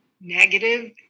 negative